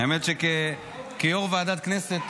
האמת היא שכיו"ר ועדת הכנסת,